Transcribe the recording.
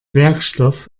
werkstoff